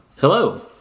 hello